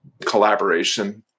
collaboration